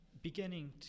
Beginning